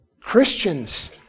Christians